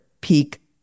peak